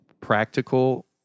practical